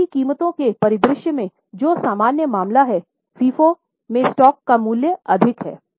बढ़ती कीमतों के परिदृश्य में जो सामान्य मामला है FIFO में स्टॉक का मूल्य अधिक है